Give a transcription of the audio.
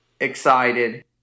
excited